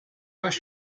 acho